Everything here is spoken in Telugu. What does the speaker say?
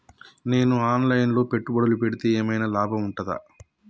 నేను ఆన్ లైన్ లో పెట్టుబడులు పెడితే ఏమైనా లాభం ఉంటదా?